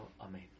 amen